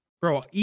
Bro